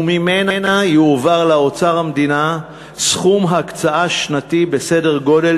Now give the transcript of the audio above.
וממנה יועבר לאוצר המדינה סכום הקצאה שנתי בסדר גודל